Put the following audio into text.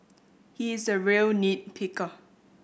he is a real nit picker